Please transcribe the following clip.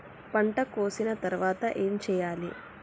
పంట కోసిన తర్వాత ఏం చెయ్యాలి?